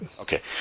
Okay